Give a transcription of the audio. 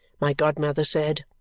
my godmother said,